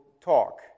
talk